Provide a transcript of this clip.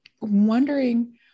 wondering